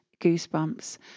goosebumps